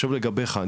עכשיו לגביך,